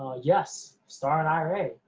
ah yes, start an ira,